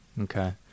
Okay